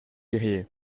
liriez